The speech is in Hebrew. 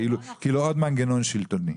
כאילו עוד מנגנון שלטוני.